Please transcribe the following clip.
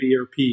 ERP